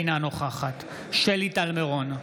אינה נוכחת שלי טל מירון,